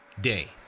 day